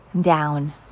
down